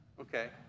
okay